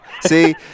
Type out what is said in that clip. see